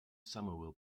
somerville